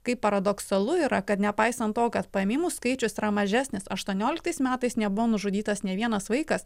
kaip paradoksalu yra kad nepaisant to kad paėmimų skaičius yra mažesnis aštuonioliktais metais nebuvo nužudytas nė vienas vaikas